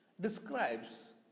describes